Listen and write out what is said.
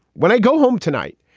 when i go home tonight,